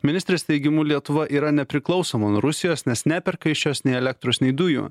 ministrės teigimu lietuva yra nepriklausoma nuo rusijos nes neperka iš jos nei elektros nei dujų